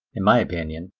in my opinion,